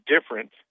different